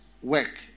work